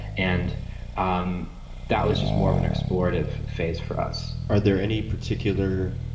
and um that was just more of an explorative phase for us. are there any particular